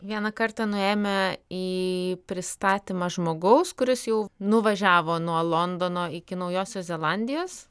vieną kartą nuėjome į pristatymą žmogaus kuris jau nuvažiavo nuo londono iki naujosios zelandijos